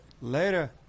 Later